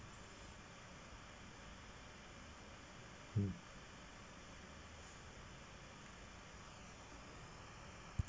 hmm